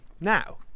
now